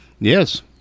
Yes